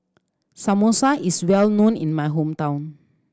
Samosa is well known in my hometown